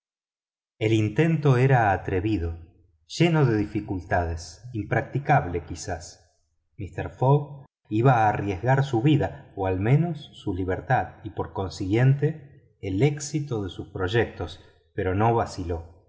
el intento era atrevido lleno de dificultades impracticable quizá mister fogg iba a arriesgar su vida o al menos su libertad y por consiguiente el éxito de sus proyectos pero no vaciló